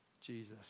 Jesus